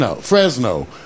Fresno